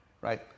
right